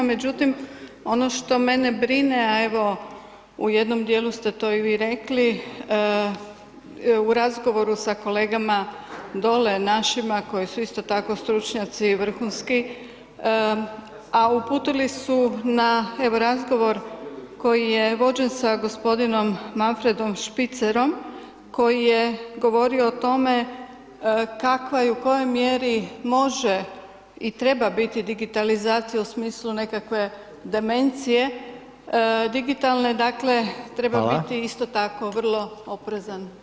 Međutim ono što mene brine, a evo u jednom dijelu ste to i vi rekli u razgovoru sa kolegama dole našima koji su isto tako stručnjaci vrhunski, a uputili su na evo razgovor koji je vođen sa gospodinom Malfredom Špicerom koji je govorio o tome kakva i u kojoj mjeri može i treba biti digitalizacija u smislu nekakve demencije digitalne, dakle treba [[Upadica: Hvala.]] biti isto tako vrlo oprezan.